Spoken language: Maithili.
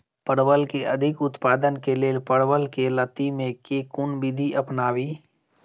परवल केँ अधिक उत्पादन केँ लेल परवल केँ लती मे केँ कुन विधि अपनाबी?